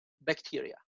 bacteria